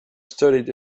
studied